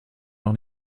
noch